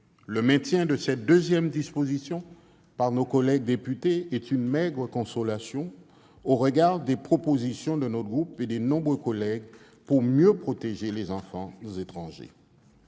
Le maintien de cette deuxième disposition par nos collègues députés est une maigre consolation au regard des propositions de notre groupe et de nombreux collègues pour mieux protéger les enfants étrangers.